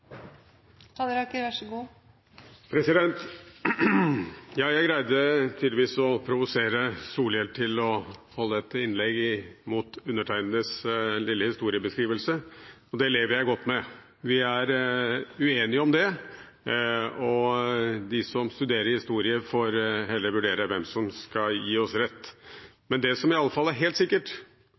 Halleraker har hatt ordet to ganger tidligere og får ordet til en kort merknad, begrenset til 1 minutt. Jeg greide tydeligvis å provosere representanten Solhjell til å komme med et motinnlegg etter undertegnedes lille historiebeskrivelse. Det lever jeg godt med. Vi er uenige her, og de som studerer historie, får heller vurdere hvem som får rett. Det som i alle fall er helt sikkert,